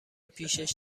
پیشش